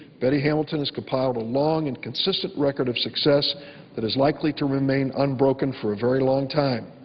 betty hamilton has compiled a long and consistent record of success that is likely to remain unbroken for a very long time.